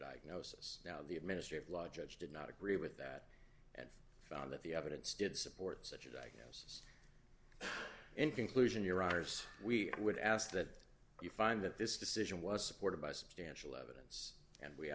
diagnosis now the administrative law judge did not agree with that found that the evidence did support such a in conclusion you're ours we would ask that you find that this decision was supported by substantial evidence and we